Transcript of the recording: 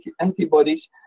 antibodies